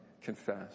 confess